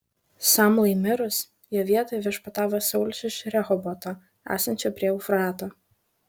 samlai mirus jo vietoje viešpatavo saulius iš rehoboto esančio prie eufrato